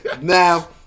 Now